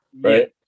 right